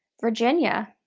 virginia,